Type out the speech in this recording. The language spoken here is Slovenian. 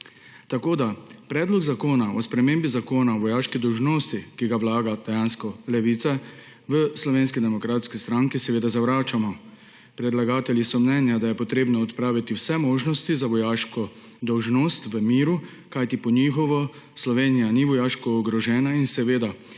orožja. Predlog zakona o spremembi Zakona o vojaški dolžnosti, ki ga vlaga Levica, v Slovenski demokratski stranki seveda zavračamo. Predlagatelji so mnenja, da je potrebno odpraviti vse možnosti za vojaško dolžnost v miru, kajti po njihovem Slovenija ni vojaško ogrožena in je v